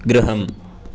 गृहम्